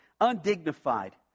Undignified